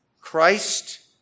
Christ